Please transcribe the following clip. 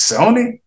Sony